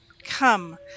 Come